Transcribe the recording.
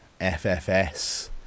FFS